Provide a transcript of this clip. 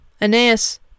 Aeneas